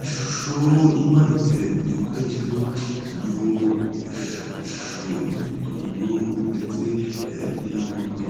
ishusho imanitse ku gikuta cy'inzu, kiriho ishusho y'ibitunguru ndetse n'imbuto.